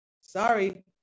Sorry